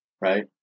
right